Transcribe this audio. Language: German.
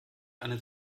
eine